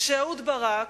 העובדה שאהוד ברק,